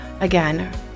Again